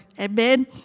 Amen